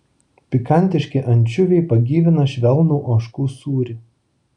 pikantiški ančiuviai pagyvina švelnų ožkų sūrį